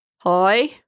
Hi